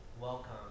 Welcome